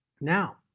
Now